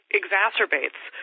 exacerbates